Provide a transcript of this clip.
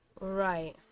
Right